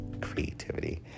Creativity